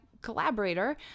collaborator